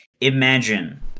Imagine